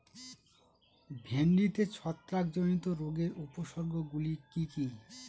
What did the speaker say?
ভিন্ডিতে ছত্রাক জনিত রোগের উপসর্গ গুলি কি কী?